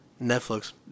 Netflix